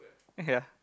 ya